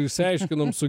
išsiaiškinom su